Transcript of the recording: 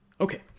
Okay